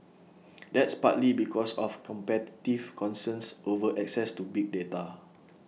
that's partly because of competitive concerns over access to big data